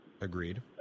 Agreed